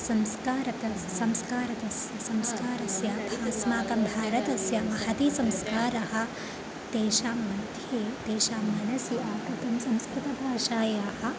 संस्कारं सः संस्कारकस्य संस्कारस्य अस्माकं भारतस्य महती संस्कारः तेषां मध्ये तेषां मनसि आगतं संस्कृतभाषायाः